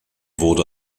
wurde